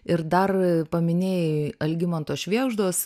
ir dar paminėjai algimanto švėgždos